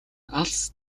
алс